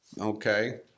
okay